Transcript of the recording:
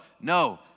No